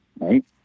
right